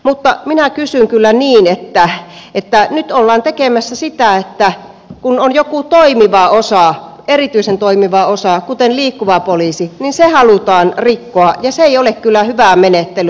mutta nyt ollaan tekemässä niin että kun on joku toimiva osa erityisen toimiva osa kuten liikkuva poliisi niin se halutaan rikkoa ja se ei ole kyllä hyvää menettelyä